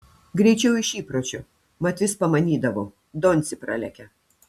greičiau iš įpročio mat vis pamanydavo doncė pralekia